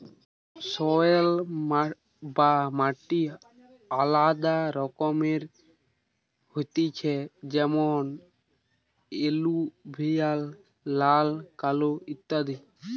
soil বা মাটি আলাদা রকমের হতিছে যেমন এলুভিয়াল, লাল, কালো ইত্যাদি